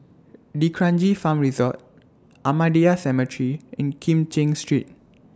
D'Kranji Farm Resort Ahmadiyya Cemetery and Kim Cheng Street